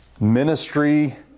Ministry